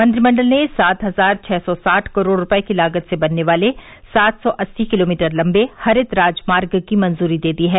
मंत्रिमंडल ने सात हजार छ सौ साठ करोड रूपये की लागत से बनने वाले सात सौ अस्सी किलोमीटर लम्बे हरित राजमार्ग की मंजूरी दे दी है